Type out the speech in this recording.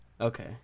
okay